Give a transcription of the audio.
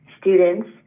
students